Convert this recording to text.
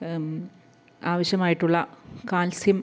ആവശ്യമായിട്ടുള്ള കാൽസ്യം